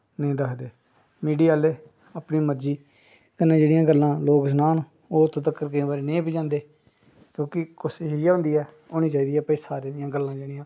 नेईं दसदे मीडिया आह्ले अपनी मर्जी कन्नै जेह्डि़यां गल्लां लोग सनान ओह् उत्थें तक्कर केईं बारी नेईं पजांदे क्योंकि कोशश इ'यै होंदी ऐ कि सारें दियां गल्लां जेह्ड़ियां